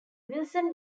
wilson